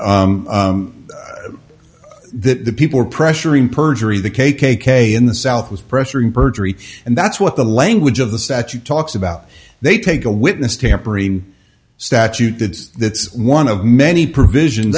being that the people were pressuring perjury the k k k in the south was pressuring perjury and that's what the language of the statute talks about they take a witness tampering statute that says that one of many provision